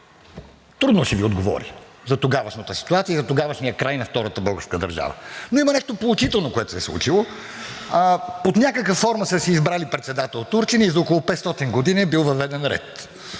трудно ще Ви отговори за тогавашната ситуация и за тогавашния край на Втората българска държава, но има нещо поучително, което се е случило. Под някаква форма са си избрали председател турчин и за около 500 години е бил въведен ред.